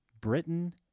Britain